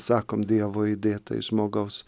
sakom dievo įdėta į žmogaus